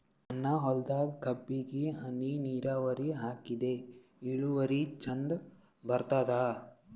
ನನ್ನ ಹೊಲದಾಗ ಕಬ್ಬಿಗಿ ಹನಿ ನಿರಾವರಿಹಾಕಿದೆ ಇಳುವರಿ ಚಂದ ಬರತ್ತಾದ?